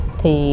thì